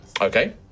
Okay